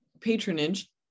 patronage